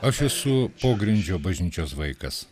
aš esu pogrindžio bažnyčios vaikas